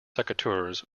secateurs